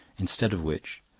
instead of which.